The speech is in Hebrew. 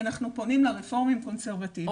אנחנו פונים לרפורמים קונסרבטיבים,